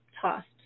tossed